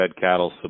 cattle